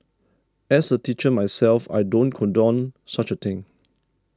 as a teacher myself I don't condone such a thing